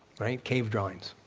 right? cave drawings,